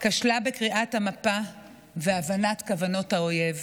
כשלה בקריאת המפה והבנת כוונות האויב